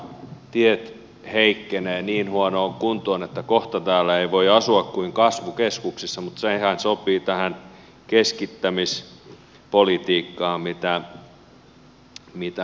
tiet heikkenevät niin huonoon kuntoon että kohta täällä ei voi asua kuin kasvukeskuksissa mutta sehän sopii tähän keskittämispolitiikkaan mitä hallitus ajaa